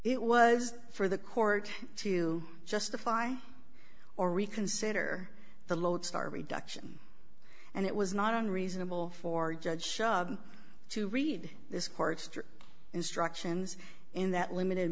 it was for the court to justify or reconsider the lodestar reduction and it was not unreasonable for judge to read this court's instructions in that limited